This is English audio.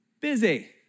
Busy